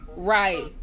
Right